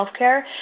healthcare